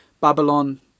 Babylon